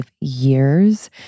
years